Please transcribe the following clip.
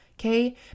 Okay